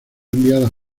enviadas